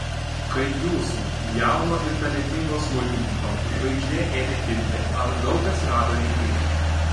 kai jūsų jauno ir talentingo smuikininko žvaigždė ėmė kilti ar daug atsirado rėmėjų